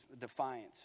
defiance